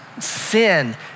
sin